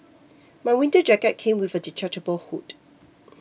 my winter jacket came with a detachable hood